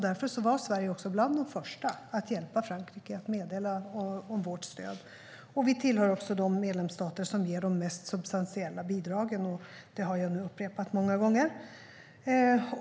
Därför var Sverige bland de första att hjälpa Frankrike och ge meddelande om vårt stöd. Vi tillhör också de medlemsstater som ger de mest substantiella bidragen - det har jag upprepat många gånger.